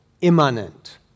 immanent